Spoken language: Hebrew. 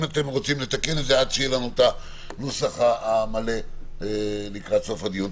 אם אתם רוצים לתקן את זה עד שיהיה לנו הנוסח המלא לקראת סוף הדיון.